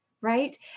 Right